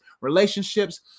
relationships